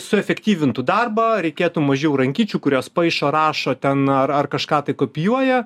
suefektyvintų darbą reikėtų mažiau rankyčių kurios paišo rašo ten ar ar kažką tai kopijuoja